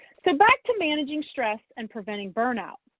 so back to managing stress and preventing burnout.